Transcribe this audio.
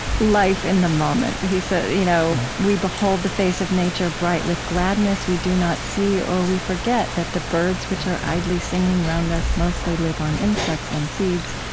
life in the moment. he says, you know we behold the face of nature bright with gladness. we do not see, or we forget, that the birds which are idly singing round us mostly live on insects and seeds,